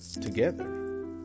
together